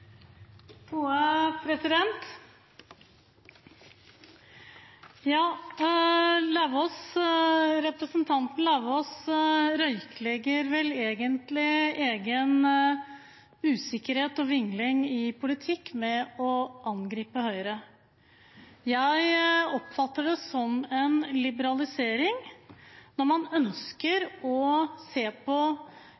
gode forslag også fra høyresiden. Dem skal vi faktisk kunne jobbe sammen om. Representanten Lauvås røyklegger vel egentlig egen usikkerhet og vingling i politikk ved å angripe Høyre. Jeg oppfatter det som en liberalisering når man ønsker